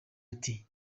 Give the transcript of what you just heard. ati